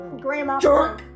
Grandma